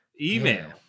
email